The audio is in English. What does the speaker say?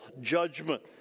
judgment